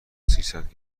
سیصد